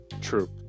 True